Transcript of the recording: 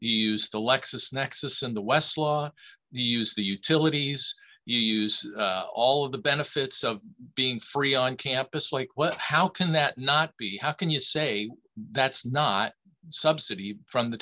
you use the lexus nexus and the westlaw you use the utilities you use all of the benefits of being free on campus like what how can that not be how can you say that's not subsidy from the